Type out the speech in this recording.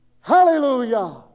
Hallelujah